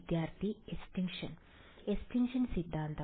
വിദ്യാർത്ഥി extinction extinction സിദ്ധാന്തം